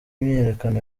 myiyerekano